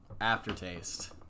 Aftertaste